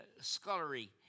scullery